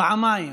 פעמיים: